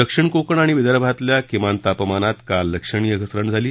दक्षिण कोकण आणि विदर्भातल्या किमान तापमानात काल लक्षणीयरीत्या घसरण झाली